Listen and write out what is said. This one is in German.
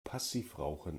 passivrauchen